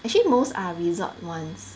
actually most are resort ones